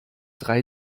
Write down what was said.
drei